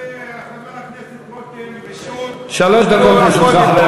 וחבר הכנסת רותם ושות' שלוש דקות לרשותך,